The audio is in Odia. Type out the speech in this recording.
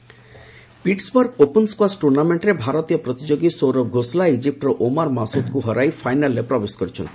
ସ୍କାସ୍ ପିଟ୍ସବର୍ଗ ଓପନ ସ୍କ୍କାସ୍ ଟୁର୍ଣ୍ଣାମେଣ୍ଟରେ ଭାରତୀୟ ପ୍ରତିଯୋଗୀ ସୌରଭ ଘୋଷଲା ଇଜିପ୍ଟର ଓମାର ମାସୁଦଙ୍କୁ ହରାଇ ଫାଇନାଲ୍ରେ ପ୍ରବେଶ କରିଛନ୍ତି